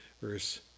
verse